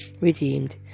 redeemed